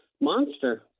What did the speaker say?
monster